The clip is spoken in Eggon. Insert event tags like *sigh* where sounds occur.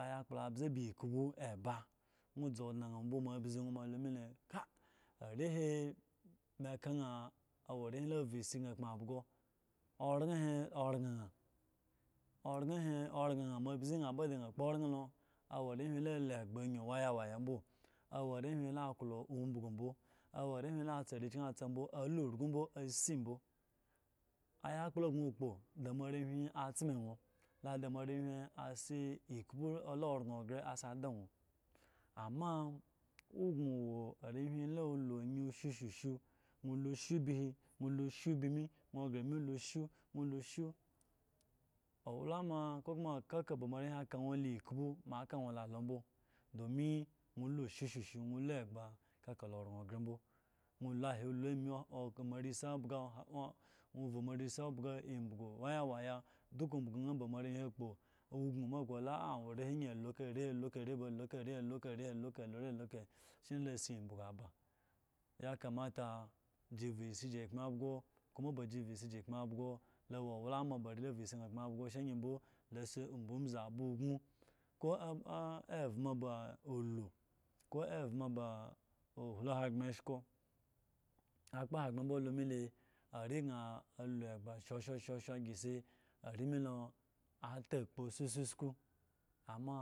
Ayakpolo abzi eba ba ikpo nwo odne gno mbo moa abzi gno ka are he awo are la awu esi ban akama byo oren he oran oren he lo oran moa abzi na mbo abzi na mbo dan akpo oren he do awo arehwi ya do egba ayu waya waya mb awo arehwi ya alo egba ayu waya waya mbo awo arehwi ya alo egba ayu waya waya mbo awo arehwi ya aklo umbugu mbo awo arehwi la a tsa atsa mbo alo ursu mbo a si mbo ayakpolo sno okpo ada moa arehwi atzime awo da moa arehwi asi eko ola oran gre asi da nwo amma owo gno arehwi la lo shoshosho nwo lo sho ebi he lo sho ebime nwo gre ame nwo lo sho dealama kaka moa arehwi aka nwo la ekpo moa aka nwo la do mbo domin nwo lo shoshosho nwo olo egba kaya oran ga mbo nwo lo he ola ame nwo kan moa are esi abga nwo vu moare esi ebga embugu wayawaye duka umubusu na moa arehwi agbo ugno ma gno ka are he lo kahe alo ka he alo ka he shine la si umbiyu aba yakamata si vu si gi kama byo owo ba gi vu si gi kama bgo awo owalama ori la vu si san kamabyo sha eye mbo la si udzudzo aba myno koee vema ba olo ko evema ba hu hogbre eshkoo akpa hogbre mbo alo me le are sa alo egbo shonshon agre si are me lo ata kpo *unintelligible*